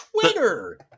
Twitter